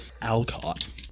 Alcott